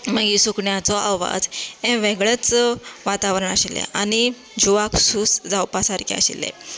मागीर सुकण्यांचो आवाज हें वेगळेंच वातावरण आशिल्लें आनी जिवाक सूस जावपा सारकें आशिल्लें